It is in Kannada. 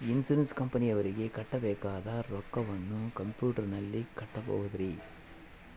ಇನ್ಸೂರೆನ್ಸ್ ಕಂಪನಿಯವರಿಗೆ ಕಟ್ಟಬೇಕಾದ ರೊಕ್ಕವನ್ನು ಕಂಪ್ಯೂಟರನಲ್ಲಿ ಕಟ್ಟಬಹುದ್ರಿ?